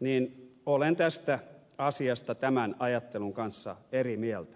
niin olen tästä asiasta tämän ajattelun kanssa eri mieltä